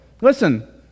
Listen